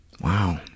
Wow